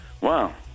wow